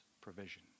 provision